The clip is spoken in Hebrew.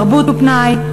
תרבות ופנאי,